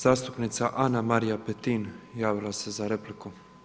Zastupnica Ana-Marija Petin javila se za repliku.